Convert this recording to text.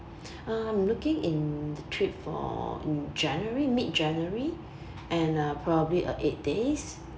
uh I'm looking in the trip for in january mid january and uh probably uh eight days